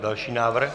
Další návrh.